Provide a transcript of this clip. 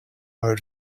are